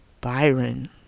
Byron